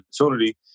opportunity